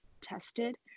tested